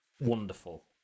wonderful